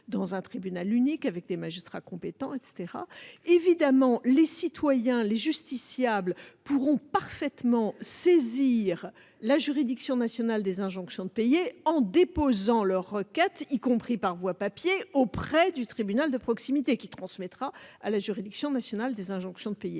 dans un tribunal unique, avec des magistrats. Il va de soi que les justiciables pourront saisir la juridiction nationale des injonctions de payer en déposant leur requête, y compris par voie papier auprès du tribunal de proximité, qui la transmettra à la juridiction nationale des injonctions de payer.